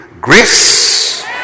grace